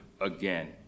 again